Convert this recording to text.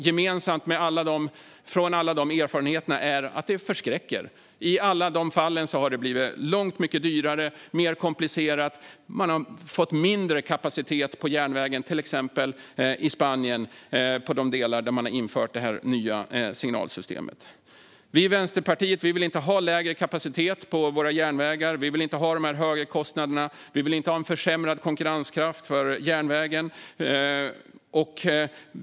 Gemensamt för alla dessa erfarenheter är att de förskräcker. I alla fallen har det blivit långt mycket dyrare och mer komplicerat, och man har fått mindre kapacitet på järnvägen, till exempel i Spanien, på de delar där man har infört det nya signalsystemet. Vi i Vänsterpartiet vill inte ha lägre kapacitet på våra järnvägar. Vi vill inte ha de höga kostnaderna. Vi vill inte ha en försämrad konkurrenskraft för järnvägen.